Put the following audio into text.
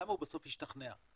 למה בסוף הוא השתכנע,